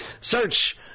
Search